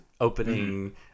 opening